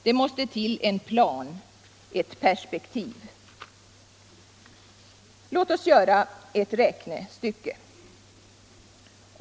Det måste till en plan, ett perspektiv. Låt oss göra ett räknestycke.